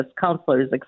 counselors